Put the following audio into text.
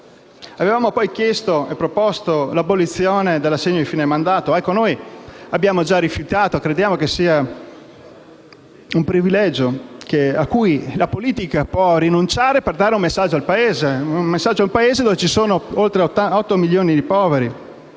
Avevamo chiesto l'abolizione dell'assegno di fine mandato: noi lo abbiamo già rifiutato, perché crediamo sia un privilegio a cui la politica può rinunciare per dare un messaggio al Paese, un Paese dove ci sono oltre 8 milioni di poveri.